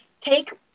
take